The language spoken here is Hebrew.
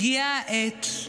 הגיעה העת.